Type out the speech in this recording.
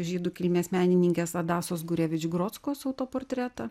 žydų kilmės menininkės adastos gurevič grotskos autoportretą